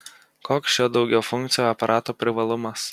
koks šio daugiafunkcio aparato privalumas